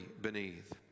beneath